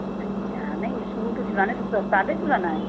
अच्छा नहीं तो सूट सिलाना है तो साद ही सिलाना है